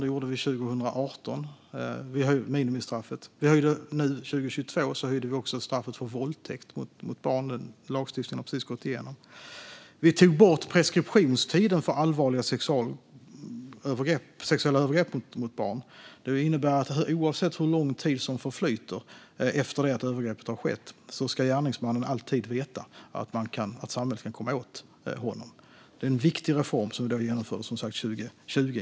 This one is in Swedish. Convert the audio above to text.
Det gjorde vi 2018, då vi höjde minimistraffet. Nu 2022 höjde vi också straffet för våldtäkt mot barn. Denna lagstiftning har precis gått igenom. Vi tog bort preskriptionstiden för allvarliga sexuella övergrepp mot barn. Det innebär att oavsett hur lång tid som har förflutit efter det att övergreppet skedde ska gärningsmannen alltid veta att samhället kan komma åt honom. Det var en viktig reform som vi genomförde 2020.